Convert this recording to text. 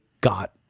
got